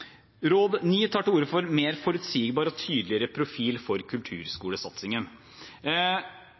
Råd 9 tar til orde for en mer forutsigbar og tydeligere profil for kulturskolesatsingen.